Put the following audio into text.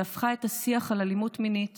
שהפכה את השיח על אלימות מינית